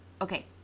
Okay